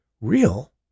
Real